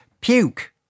Puke